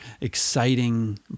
exciting